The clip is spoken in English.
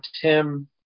Tim